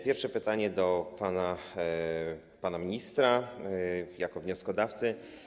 Pierwsze pytanie jest do pana ministra jako wnioskodawcy.